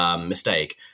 mistake